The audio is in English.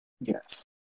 Yes